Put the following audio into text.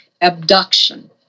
abduction